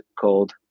called